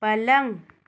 पलंग